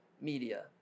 media